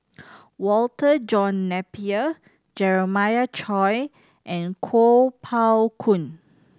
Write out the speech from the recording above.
Walter John Napier Jeremiah Choy and Kuo Pao Kun